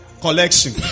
Collection